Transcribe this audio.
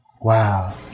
Wow